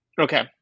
Okay